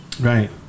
Right